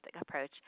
Approach